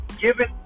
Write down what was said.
given